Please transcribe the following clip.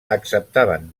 acceptaven